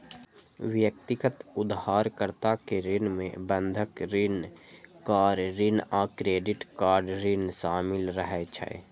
व्यक्तिगत उधारकर्ता के ऋण मे बंधक ऋण, कार ऋण आ क्रेडिट कार्ड ऋण शामिल रहै छै